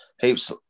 heaps